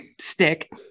stick